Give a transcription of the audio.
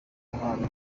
ruhando